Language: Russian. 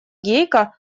гейка